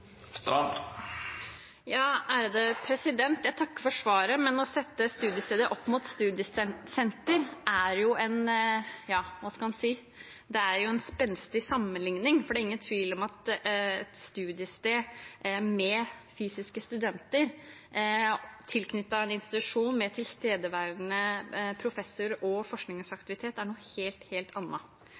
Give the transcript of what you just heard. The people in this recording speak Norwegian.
Jeg takker for svaret, men å sette studiesteder opp mot studiesentre er – ja, hva skal en si – en spenstig sammenligning, for det er ingen tvil om at et studiested med fysiske studenter tilknyttet en institusjon med tilstedeværende professor og forskningsaktivitet er noe helt, helt